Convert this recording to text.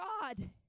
God